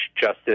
justice